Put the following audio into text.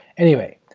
anyway,